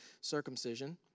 circumcision